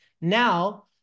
Now